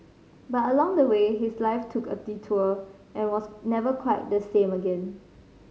but along the way his life took a detour and was never quite the same again